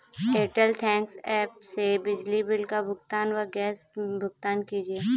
Airtel thanks app से बिजली bill का भुगतान व गैस भुगतान कीजिए